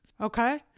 okay